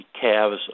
calves